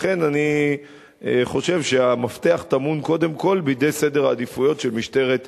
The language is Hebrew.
לכן אני חושב שהמפתח טמון קודם כול בסדר העדיפויות של משטרת ישראל.